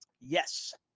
Yes